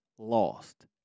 lost